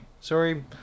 Sorry